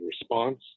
response